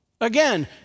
Again